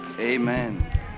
amen